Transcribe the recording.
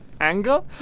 anger